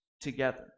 together